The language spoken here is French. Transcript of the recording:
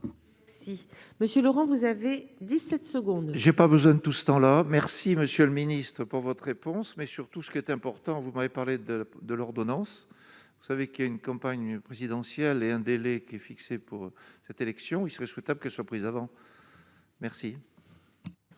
Si. Monsieur Laurent vous avez 17 secondes. Je n'ai pas besoin de tout ce temps-là, merci Monsieur le Ministre, pour votre réponse, mais surtout ce qui est important, vous m'avez parlé de de l'ordonnance, vous savez qu'il y ait a une campagne présidentielle et un délai qui est fixé pour cette élection, il serait souhaitable que soient prises avant. Merci.